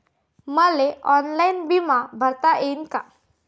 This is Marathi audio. मले ऑनलाईन बिमा भरता येईन का?